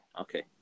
Okay